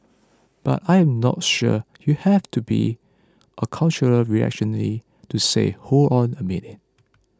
but I am not sure you have to be a cultural reactionary to say hold on a minute